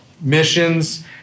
Missions